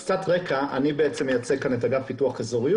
אני מייצג כאן את אגף פיתוח אזורי,